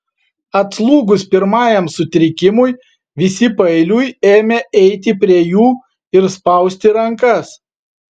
atslūgus pirmajam sutrikimui visi paeiliui ėmė eiti prie jų ir spausti rankas